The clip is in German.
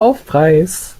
aufpreis